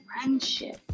friendship